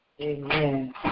Amen